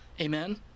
amen